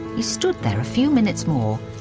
he stood there a few minutes more,